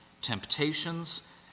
temptations